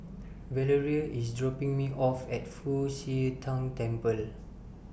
Valeria IS dropping Me off At Fu Xi Tang Temple